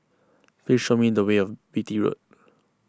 please show me the way a Beatty Road